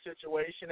situation